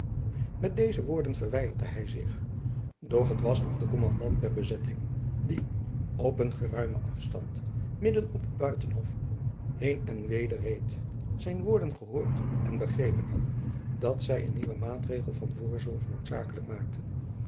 met deze woorden verwijderde hy zich doch t was of de kommandant der bezetting die op een geruimen afstand midden op het buitenhof heen en weder reed zijn woorden gehoord en begrepen had dat zy een nieuwen maatregel van voorzorg noodzakelijk maakten